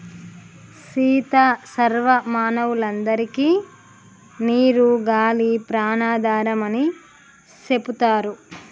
సీత సర్వ మానవులందరికే నీరు గాలి ప్రాణాధారం అని సెప్తారు